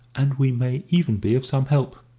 and we may even be of some help.